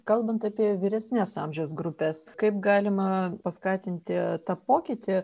kalbant apie vyresnes amžiaus grupes kaip galima paskatinti tą pokytį